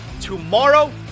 tomorrow